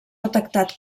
detectat